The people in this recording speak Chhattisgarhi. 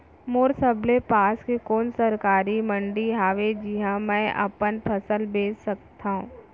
मोर सबले पास के कोन सरकारी मंडी हावे जिहां मैं अपन फसल बेच सकथव?